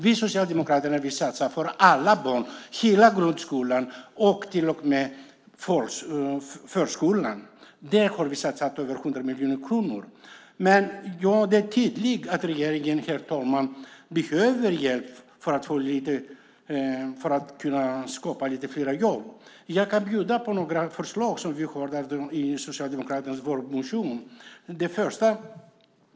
Vi socialdemokrater vill satsa på alla barn i hela grundskolan och till och med i förskolan. Där vill vi satsa över 100 miljoner kronor. Det är tydligt, herr talman, att regeringen behöver hjälp för att kunna skapa fler jobb. Jag kan bjuda på några förslag som vi har i den socialdemokratiska vårmotionen.